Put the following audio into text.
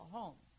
home